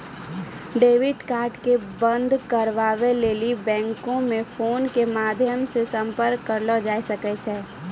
debit card के बंद कराबै के लेली बैंको मे फोनो के माध्यमो से संपर्क करलो जाय सकै छै